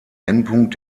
endpunkt